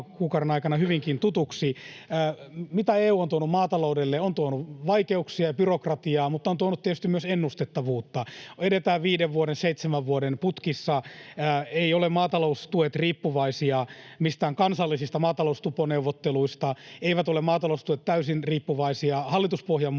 kuukauden aikana hyvinkin tutuksi. Mitä EU on tuonut maataloudelle? On tuonut vaikeuksia ja byrokratiaa, mutta on tuonut tietysti myös ennustettavuutta. Edetään viiden vuoden, seitsemän vuoden putkissa, eivät ole maataloustuet riippuvaisia mistään kansallisista maataloustuponeuvotteluista, eivät ole maataloustuet täysin riippuvaisia hallituspohjan muutoksista.